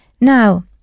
Now